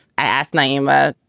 i asked naima,